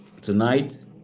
tonight